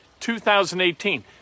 2018